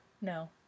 No